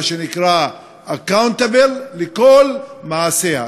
מה שנקרא accountable לכל מעשיה,